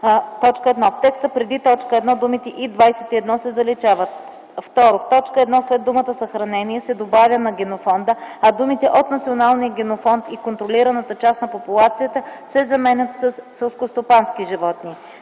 1. В текста преди т. 1 думите „и 21” се заличават. 2. В т. 1 след думата „съхранение” се добавя „на генофонда”, а думите „от националния генофонд и контролираната част на популацията” се заменят със „селскостопански животни”.